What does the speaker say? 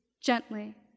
gently